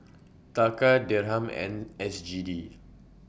Taka Dirham and S G D